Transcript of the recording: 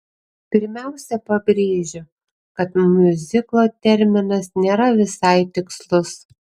pirmiausia pabrėžiu kad miuziklo terminas nėra visai tikslus